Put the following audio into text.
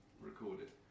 recorded